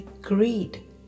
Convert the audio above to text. greed